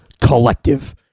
Collective